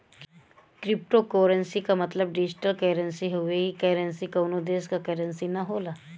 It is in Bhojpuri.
क्रिप्टोकोर्रेंसी क मतलब डिजिटल करेंसी से हउवे ई करेंसी कउनो देश क करेंसी न होला